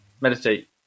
Meditate